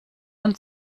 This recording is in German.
und